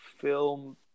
film